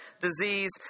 disease